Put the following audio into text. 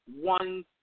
one